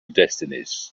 destinies